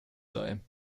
sei